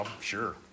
Sure